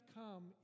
come